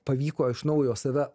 pavyko iš naujo save